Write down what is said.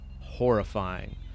horrifying